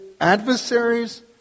adversaries